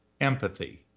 empathy